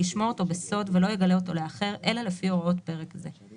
ישמור אותו בסוד ולא יגלה אותו לאחר אלא לפי הוראות פרק זה.